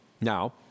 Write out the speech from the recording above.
Now